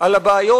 על הבעיות,